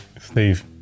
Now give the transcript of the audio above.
Steve